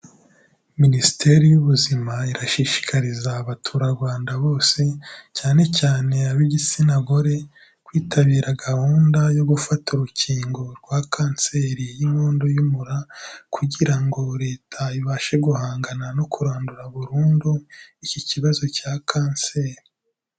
Minisiteri y'Ubuzima irashishikariza abaturarwanda bose, cyane cyane ab'igitsina gore, kwitabira gahunda yo gufata urukingo rwa kanseri y'inkondo y'umura kugira ngo Leta ibashe guhangana no kurandura burundu, iki kibazo cya kanseri.